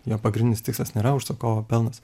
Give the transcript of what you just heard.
jo pagrindinis tikslas nėra užsakovo pelnas